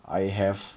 I have